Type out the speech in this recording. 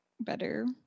better